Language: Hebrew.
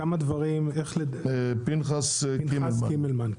פנחס קימלמן.